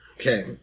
Okay